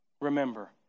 remember